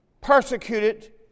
persecuted